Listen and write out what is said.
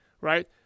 right